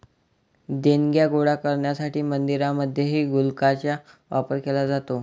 देणग्या गोळा करण्यासाठी मंदिरांमध्येही गुल्लकांचा वापर केला जातो